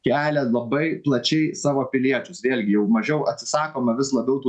kelia labai plačiai savo piliečius vėlgi jau mažiau atsisakoma vis labiau tų